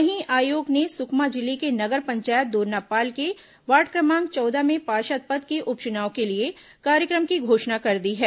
वहीं आयोग ने सुकमा जिले के नगर पंचायत दोरनापाल के वार्ड क्रमांक चौदह में पार्षद पद के उपचुनाव के लिए कार्यक्रम की घोषणा कर दी है